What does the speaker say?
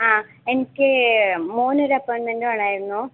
ആ എനിക്ക് മോനൊരു അപ്പോയ്മെൻറ്റ് വേണമായിരുന്നു